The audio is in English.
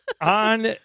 On